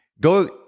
go